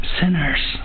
Sinners